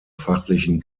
fachlichen